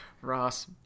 ross